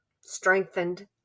strengthened